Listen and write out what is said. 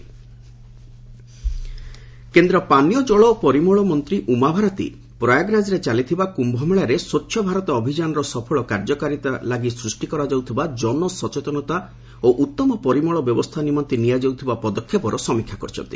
Uma Bharti sanitation କେନ୍ଦ୍ର ପାନୀୟ ଜଳ ଓ ପରିମଳ ମନ୍ତ୍ରୀ ଉମାଭାରତୀ ପ୍ରୟାଗରାଜରେ ଚାଲିଥିବା କୁୟମେଳାରେ ସ୍ୱଚ୍ଚଭାରତ ଅଭିଯାନର ସଫଳ କାର୍ଯ୍ୟକାରିତା ଲାଗି ସୃଷ୍ଟି କରାଯାଉଥିବା ଜନସଚେତନତା ଓ ଉତ୍ତମ ପରିମଳ ବ୍ୟବସ୍ଥା ନିମନ୍ତେ ନିଆଯାଉଥିବା ପଦକ୍ଷେପର ସମୀକ୍ଷା କରିଛନ୍ତି